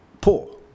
poor